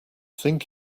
think